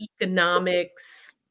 economics